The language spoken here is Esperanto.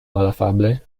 malafable